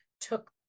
took